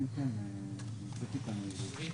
האינפורמציה כנציג